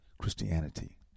Christianity